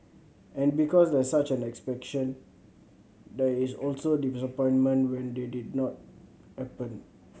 and because there's such an expectation there is also disappointment when they did not happen